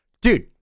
Dude